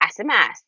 SMS